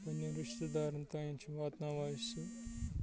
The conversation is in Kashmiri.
پنٛنٮ۪ن رِشتہٕ دارَن تانۍ چھِ واتناوان أسۍ یہِ